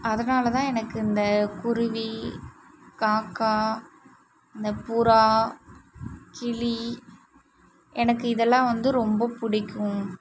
அதனால் தான் எனக்கு அந்த குருவி காக்கா இந்த புறா கிளி எனக்கு இதெல்லாம் வந்து ரொம்ப பிடிக்கும்